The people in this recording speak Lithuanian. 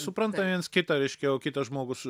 supranta viens kitą reiškia o kitas žmogus